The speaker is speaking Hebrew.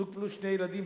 זוג פלוס שני ילדים,